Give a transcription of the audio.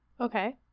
Okay